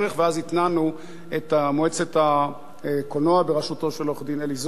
ואז התנענו את מועצת הקולנוע בראשותו של עורך-דין אלי זוהר,